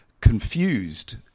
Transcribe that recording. confused